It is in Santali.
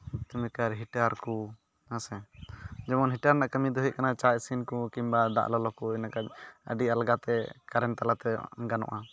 ᱨᱩᱴᱤᱢᱮᱠᱟᱨ ᱦᱤᱴᱟᱨ ᱠᱚ ᱦᱮᱸᱥᱮ ᱡᱮᱢᱚᱱ ᱦᱤᱴᱟᱨ ᱨᱮᱱᱟᱜ ᱠᱟᱹᱢᱤ ᱫᱚ ᱦᱩᱭᱩᱜ ᱠᱟᱱᱟ ᱪᱟ ᱤᱥᱤᱱ ᱠᱚ ᱠᱤᱝᱵᱟ ᱫᱟᱜ ᱞᱚᱞᱚ ᱠᱚ ᱤᱱᱟᱹ ᱠᱚ ᱟᱹᱰᱤ ᱟᱞᱜᱟᱛᱮ ᱠᱟᱨᱮᱱ ᱛᱟᱞᱟᱛᱮ ᱜᱟᱱᱚᱜᱼᱟ